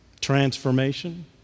transformation